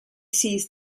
sees